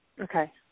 Okay